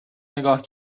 نگاه